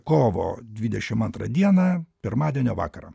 kovo dvidešimt antrą dieną pirmadienio vakarą